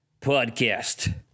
Podcast